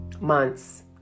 months